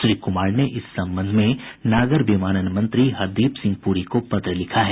श्री कुमार ने इस संबंध में नागर विमानन मंत्री हरदीप सिंह पूरी को पत्र लिखा है